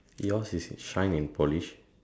yours is shine and polish